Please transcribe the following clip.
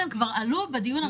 כאן כבר עלו בדיון הראשון.